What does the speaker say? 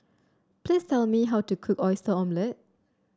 please tell me how to cook Oyster Omelette